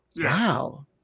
Wow